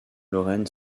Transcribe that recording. lorrain